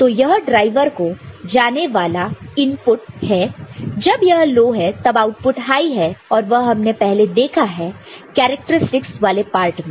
तो यह ड्राइवर को जाने वाला इनपुट है जब यह लो है तब आउटपुट हाई है और वह हमने पहले देखा है कैरेक्टरस्टिक्स वाले पार्ट में